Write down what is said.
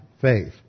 faith